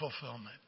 fulfillment